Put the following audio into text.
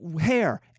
hair